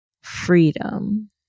freedom